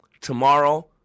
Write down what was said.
tomorrow